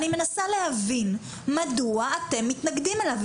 אני מנסה להבין מדוע אתם מתנגדים לו.